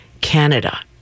Canada